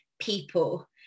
people